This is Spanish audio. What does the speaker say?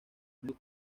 blue